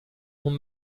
اون